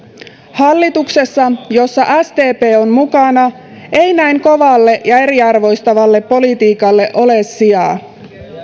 hallituksessa jossa sdp on mukana ei näin kovalle ja eriarvoistavalle politiikalle ole sijaa